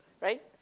right